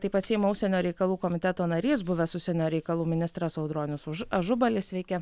taip pat seimo užsienio reikalų komiteto narys buvęs užsienio reikalų ministras audronius ažubalis sveiki